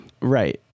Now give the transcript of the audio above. Right